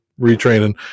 Retraining